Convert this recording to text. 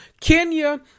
Kenya